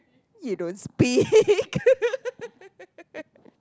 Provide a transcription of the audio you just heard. you don't speak